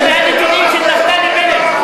אלה לא הנתונים של נפתלי בנט.